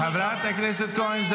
חברת הכנסת כהן,